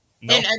No